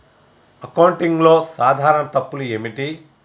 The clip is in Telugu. అకౌంటింగ్లో సాధారణ తప్పులు ఏమిటి?